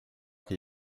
que